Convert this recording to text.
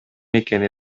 экени